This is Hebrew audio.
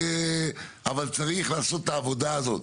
אבל צריך לעשות את העבודה הזאת.